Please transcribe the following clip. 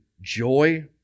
joy